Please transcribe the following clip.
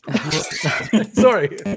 sorry